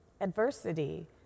adversity